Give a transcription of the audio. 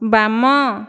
ବାମ